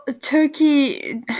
Turkey